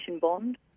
bond